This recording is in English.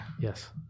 Yes